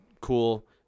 Cool